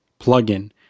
plugin